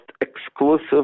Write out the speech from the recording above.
exclusive